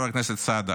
חבר הכנסת סעדה,